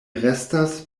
restas